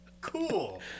Cool